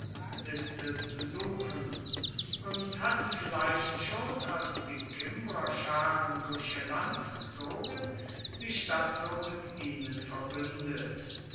sitze zu suchen und hatten vielleicht schon als die kimbrerscharen durch ihr land zogen sich dazu mit ihnen verbündet